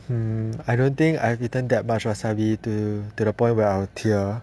hmm I don't think I've eaten that much wasabi to to the point where I will tear